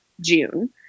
June